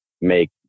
make